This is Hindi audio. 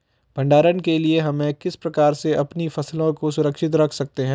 भंडारण के लिए हम किस प्रकार से अपनी फसलों को सुरक्षित रख सकते हैं?